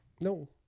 No